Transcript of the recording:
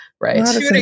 Right